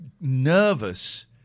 nervous